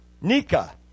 Nika